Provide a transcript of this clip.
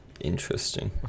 interesting